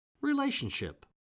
Relationship